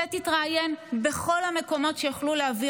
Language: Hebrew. צא ותתראיין בכל המקומות שיוכלו להביא